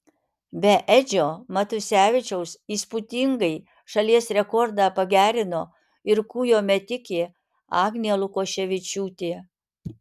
be edžio matusevičiaus įspūdingai šalies rekordą pagerino ir kūjo metikė agnė lukoševičiūtė